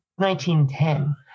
1910